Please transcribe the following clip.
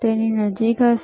તેથી તે નજીક હશે